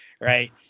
Right